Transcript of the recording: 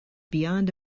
beyond